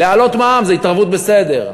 להעלות מע"מ זה התערבות בסדר,